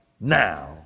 now